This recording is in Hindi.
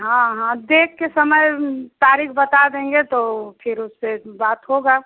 हाँ हाँ देखकर समय तारीख़ बता देंगे तो फिर उससे बात होगी